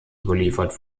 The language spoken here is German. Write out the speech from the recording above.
überliefert